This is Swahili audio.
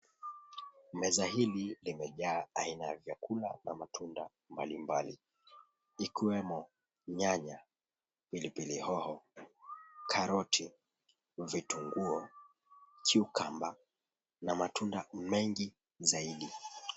Meza hili limejaa aina ya vyakula na matunda mbalimbali ikiwemo nyanya, pilipili hoho, karoti, vitunguo, cucumber na matunda mengi zaidi.